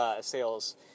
sales